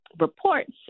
reports